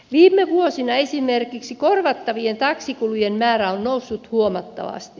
viime vuosina esimerkiksi korvattavien taksikulujen määrä on noussut huomattavasti